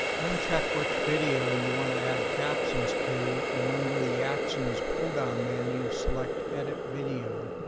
then check which video you want to add captions to and under the actions pulldown menu select edit video.